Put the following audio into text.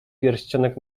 pierścionek